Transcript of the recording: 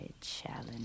challenge